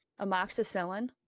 Amoxicillin